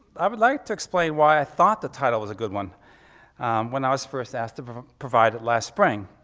i would like to explain why i thought the title was a good one when i was first asked to ah provide it last spring.